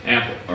Apple